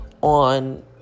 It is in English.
on